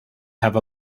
have